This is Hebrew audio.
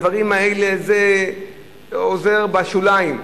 הדברים האלה עוזרים בשוליים,